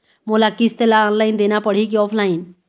मोला किस्त ला ऑनलाइन देना पड़ही की ऑफलाइन?